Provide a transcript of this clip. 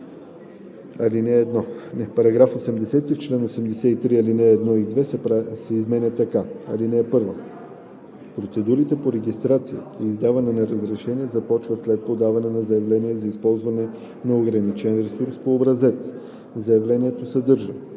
за § 80: „§ 80. В чл. 83 ал. 1 и 2 се изменят така: „(1) Процедурите по регистрация и издаване на разрешение започват след подаване на заявление за ползване на ограничен ресурс по образец. Заявлението съдържа: